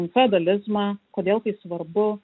feodalizmą kodėl tai svarbu